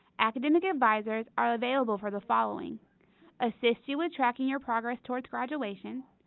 academic advisors are available for the following assist you with tracking your progress towards graduation.